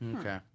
Okay